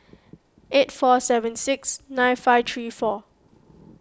eight four seven six nine five three four